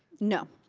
no.